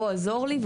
בוא עזור לי,